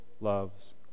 loves